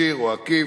ישיר או עקיף.